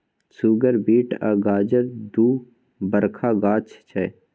सुगर beet आ गाजर दु बरखा गाछ छै